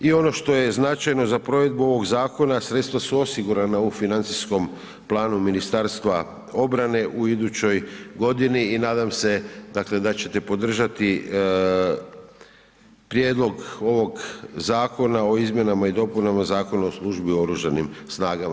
I ono što je značajno, za provedbu ovog zakon sredstva su osigurana u financijskom planu Ministarstva obrane u idućoj godini i nadam se dakle da ćete podržati prijedlog ovog zakona o izmjenama i dopunama Zakona o službi o Oružanim snagama.